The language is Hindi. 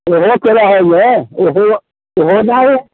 रोके क ह्यगो उहो होना ही है